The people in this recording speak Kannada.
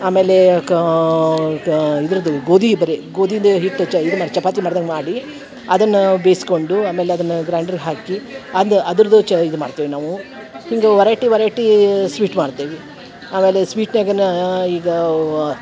ಆಮೇಲೆ ಕಾ ಇದರದ್ದು ಗೋಧಿ ಬರೇ ಗೋಧಿದು ಹಿಟ್ಟು ಚ ಇದು ಮಾಡಿ ಚಪಾತಿ ಮಾಡ್ದಂಗೆ ಮಾಡಿ ಅದನ್ನು ಬೇಯಿಸ್ಕೊಂಡು ಆಮೇಲೆ ಅದನ್ನು ಗ್ರ್ಯಾಂಡರ್ ಹಾಕಿ ಅದು ಅದ್ರದು ಚ ಇದು ಮಾಡ್ತೇವೆ ನಾವು ಹಿಂಗೆ ವರೈಟಿ ವರೈಟಿ ಸ್ವೀಟ್ ಮಾಡ್ತೇವೆ ಆಮೇಲೆ ಸ್ವೀಟ್ನಾಗೆ ಈಗ